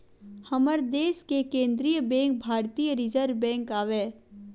हमर देस के केंद्रीय बेंक भारतीय रिर्जव बेंक आवय